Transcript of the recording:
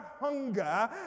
hunger